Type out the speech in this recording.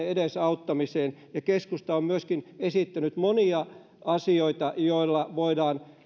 edesauttamiseen ja keskusta on myöskin esittänyt monia asioita joilla voidaan